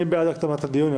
מי בעד הקדמת הדיון?